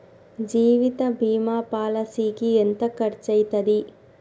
జీవిత బీమా పాలసీకి ఎంత ఖర్చయితది?